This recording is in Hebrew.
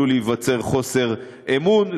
עלול להיווצר חוסר אמון.